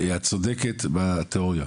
את צודקת בתיאוריה.